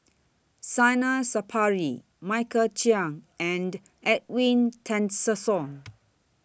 Zainal Sapari Michael Chiang and Edwin Tessensohn